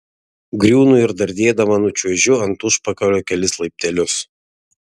griūnu ir dardėdama nučiuožiu ant užpakalio kelis laiptelius